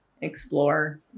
explore